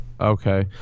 okay